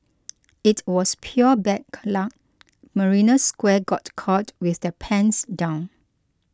it was pure back luck Marina Square got caught with their pants down